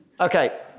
Okay